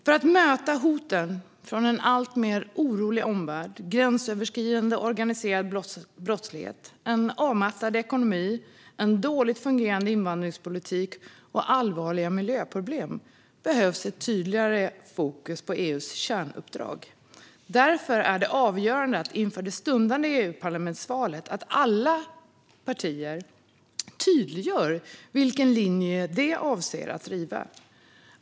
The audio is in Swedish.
För att möta hoten från en alltmer orolig omvärld, gränsöverskridande organiserad brottslighet, en avmattad ekonomi, en dåligt fungerande invandringspolitik och allvarliga miljöproblem behövs ett tydligare fokus på EU:s kärnuppdrag. Därför är det inför det stundande Europaparlamentsvalet avgörande att alla partier tydliggör vilken linje de avser att driva.